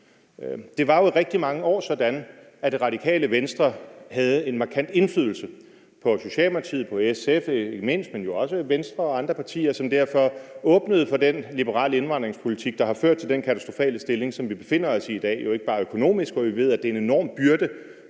Det var jo i rigtig mange år sådan, at Radikale Venstre havde en markant indflydelse på Socialdemokratiet, på SF, ikke mindst, men jo også på Venstre og andre partier, som derfor åbnede for den liberale indvandringspolitik, der har ført til den katastrofale situation, som vi befinder os i i dag. Det gælder ikke bare økonomisk, hvor vi ved at det er en enorm byrde,